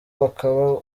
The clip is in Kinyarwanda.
bakababara